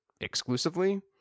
exclusively